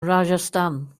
rajasthan